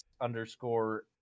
underscore